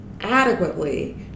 adequately